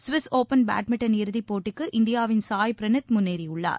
Swiss open badminton இறுதிப் போட்டிக்கு இந்தியாவின் சாய் ப்ரனீத் முன்னேறியுள்ளார்